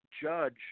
judge